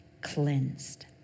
cleansed